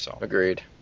Agreed